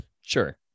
Sure